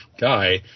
guy